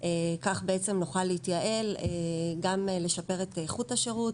כך בעצם נוכל להתייעל, גם לשפר את איכות השירות